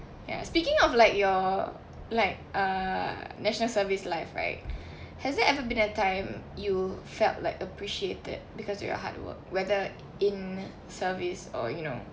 ya speaking of like your like uh national service life right has there ever been a time you felt like appreciated because of your hard work whether in service or you know